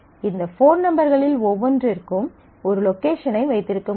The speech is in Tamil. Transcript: இந்த போன் நம்பர்களில் ஒவ்வொன்றிற்கும் ஒரு லொகேஷனை வைத்திருக்க முடியும்